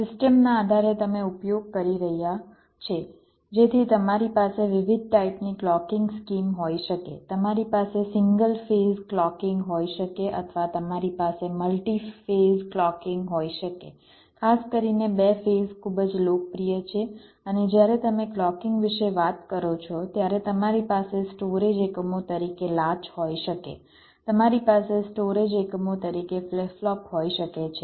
સિસ્ટમના આધારે તમે ઉપયોગ કરી રહ્યા છે જેથી તમારી પાસે વિવિધ ટાઇપની ક્લૉકીંગ સ્કીમ હોઈ શકે તમારી પાસે સિંગલ ફેઝ ક્લૉકિંગ હોઈ શકે અથવા તમારી પાસે મલ્ટી ફેઝ ક્લૉકિંગ હોઈ શકે ખાસ કરીને બે ફેઝ ખૂબ જ લોકપ્રિય છે અને જ્યારે તમે ક્લૉકિંગ વિશે વાત કરો છો ત્યારે તમારી પાસે સ્ટોરેજ એકમો તરીકે લાચ હોઈ શકે તમારી પાસે સ્ટોરેજ એકમો તરીકે ફ્લિપ ફ્લોપ હોઈ શકે છે